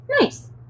Nice